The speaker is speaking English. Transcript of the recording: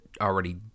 already